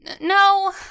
No